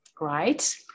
right